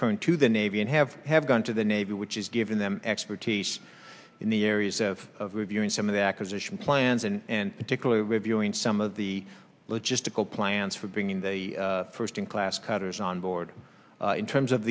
turn to the navy and have have gone to the navy which is giving them expertise in the areas of reviewing some of the acquisition plans and particularly reviewing some of the logistical plans for bringing the first in class cutters on board in terms of